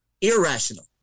Irrational